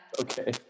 Okay